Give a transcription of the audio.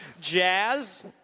Jazz